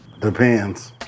Depends